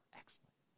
excellent